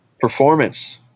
performance